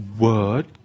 word